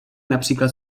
například